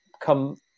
come